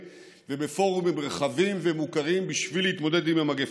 ובפורומים רחבים ומוכרים בשביל להתמודד עם המגפה.